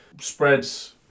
Spreads